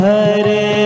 Hare